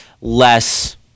less